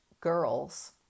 girls